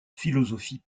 philosophie